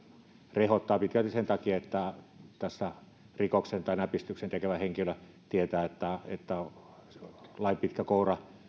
rehottaa pitkälti sen takia että tässä rikoksen tai näpistyksen tekevä henkilö tietää että että lain pitkä koura